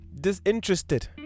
disinterested